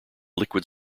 liquid